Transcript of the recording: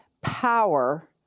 power